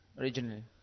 originally